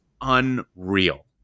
unreal